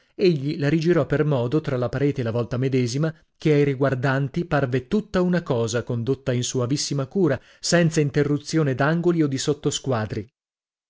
egli la rigirò per modo tra la parete e la vòlta medesima che ai riguardanti parve tutta una cosa condotta in soavissima curva senza interruzione d'angoli o di